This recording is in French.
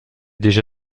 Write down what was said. déjà